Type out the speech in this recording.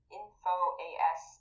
infoas